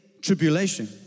tribulation